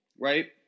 right